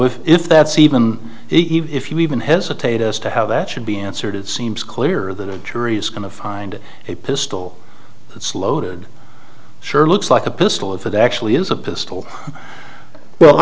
if if that's even even if you even hesitate as to how that should be answered it seems clear that a jury is going to find a pistol it's loaded sure looks like a pistol if it actually is a pistol well